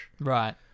Right